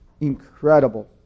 incredible